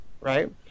right